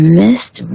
missed